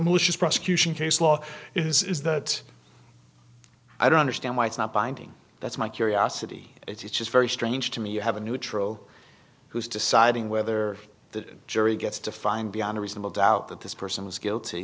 malicious prosecution case law is that i don't understand why it's not binding that's my curiosity it's just very strange to me you have a neutral who is deciding whether that jury gets to find beyond a reasonable doubt that this person was guilty